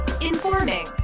Informing